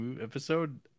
episode